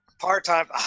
Part-time